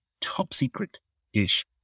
top-secret-ish